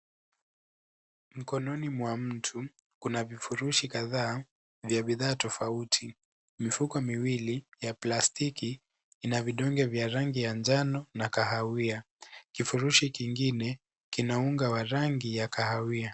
Mkononi mwa mtu, kuna vifurushi kadhaa vya bidhaa tofauti. Mifuko miwili ya plastiki ina vidonge vya rangi ya njano na kahawia. Kifurushi kingine kina unga wa rangi ya kahawia.